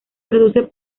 produce